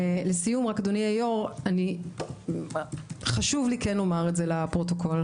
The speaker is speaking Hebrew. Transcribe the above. לסיום, אדוני היו"ר, חשוב לי לומר לפרוטוקול